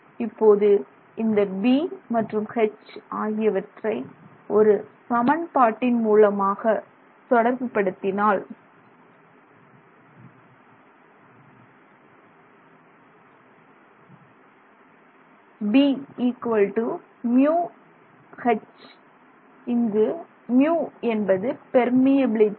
இப்போது இந்த B மற்றும் H ஆகியவற்றை ஒரு சமன்பாட்டின் மூலமாக தொடர்புபடுத்தினால் BμH இங்கு மியூ μ என்பது பெர்மியபிலிட்டி